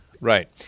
right